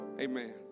Amen